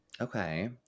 Okay